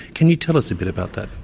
can you tell us a bit about that?